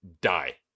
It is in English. die